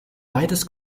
beides